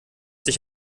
sich